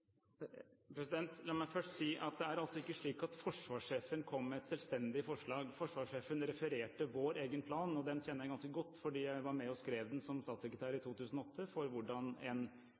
La meg først si at det ikke er slik at forsvarssjefen kom med et selvstendig forslag. Forsvarssjefen refererte vår egen plan – og den kjenner jeg ganske godt, fordi jeg var med og skrev den som statssekretær i 2008 – for hvordan en